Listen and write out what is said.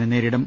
സിനെ നേരിടും